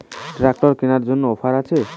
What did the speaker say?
Tractor কেনার জন্য offer আছে?